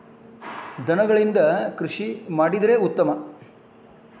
ದನಗಳಿಂದ ಕೃಷಿ ಮಾಡಿದ್ರೆ ಉತ್ತಮ